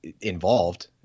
involved